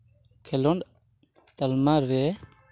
ᱠᱷᱮᱞᱳᱰ ᱛᱟᱞᱢᱟ ᱨᱮ